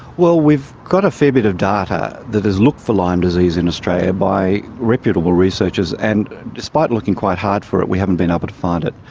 well, we've got a fair bit of data that has looked for lyme disease in australia by reputable researchers, and despite looking quite hard for it we haven't been able to find it.